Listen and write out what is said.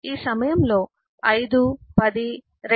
ఈ సమయంలో 5 10 2